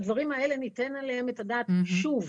על הדברים האלה ניתן את הדעת שוב,